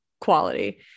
quality